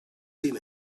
have